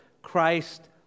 Christ